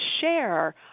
share